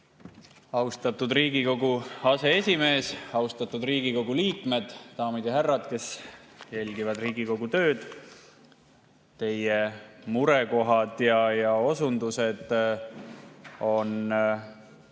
Austatud Riigikogu aseesimees! Austatud Riigikogu liikmed! Daamid ja härrad, kes jälgivad Riigikogu tööd! Teie murekohad ja osundused on